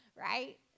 right